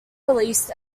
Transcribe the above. released